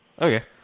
Okay